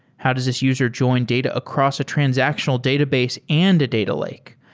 how does this user join data across a transactional database and a data lake?